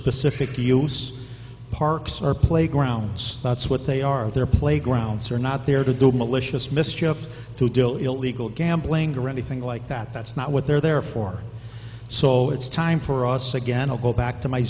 specific to use parks or playgrounds that's what they are there playgrounds are not there to do malicious mischief to do illegal gambling or anything like that that's not what they're there for so it's time for us again i'll go back to my